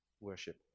Worship